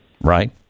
right